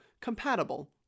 compatible